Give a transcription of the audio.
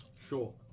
Sure